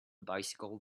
bicycle